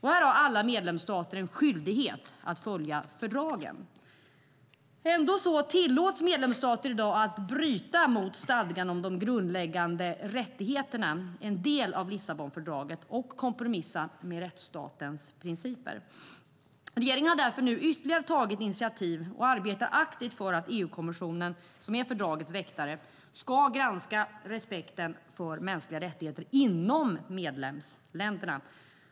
Här har alla medlemsstater en skyldighet att följa fördragen. Ändå tillåts medlemsstater i dag att bryta mot stadgan om de grundläggande rättigheterna - en del av Lissabonfördraget - och kompromissa med rättsstatens principer. Regeringen har därför nu tagit ytterligare initiativ och arbetar aktivt för att EU-kommissionen, som är fördragets väktare, ska granska respekten för mänskliga rättigheter inom medlemsländerna.